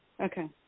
Okay